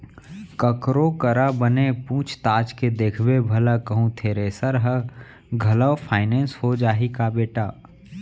ककरो करा बने पूछ ताछ के देखबे भला कहूँ थेरेसर ह घलौ फाइनेंस हो जाही का बेटा?